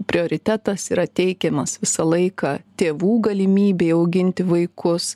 prioritetas yra teikiamas visą laiką tėvų galimybei auginti vaikus